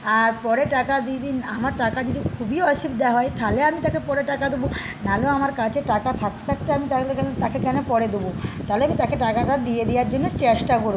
আর পরে টাকা দিয়ে দিন আমার টাকা যদি খুবই অসুবিধা হয় তাহলে আমি তাকে পরে টাকা দেবো না হলেও আমার কাছে টাকা থাকতে থাকতে আমি তাহলে কেন তাকে কেন পরে দেব তাহলে তাকে আমি টাকাটা দিয়ে দেওয়ার জন্য চেষ্টা করব